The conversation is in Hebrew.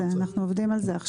אנחנו עובדים על זה עכשיו.